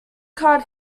card